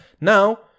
Now